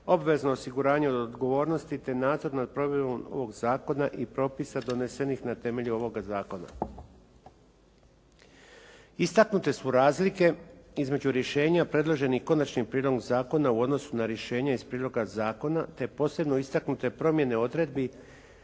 obvezno osiguranje od odgovornosti, te nadzor nad provedbom ovog zakona i propisa donesenih na temelju ovoga zakona. Istaknute su razlike između rješenja predloženih konačnim prijedlogom zakona u odnosu na rješenje prijedloga zakona, te posebno istaknute promjene odredbi